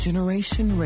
Generation